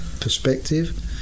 perspective